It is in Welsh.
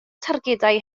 targedau